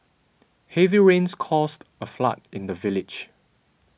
heavy rains caused a flood in the village